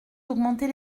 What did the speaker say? d’augmenter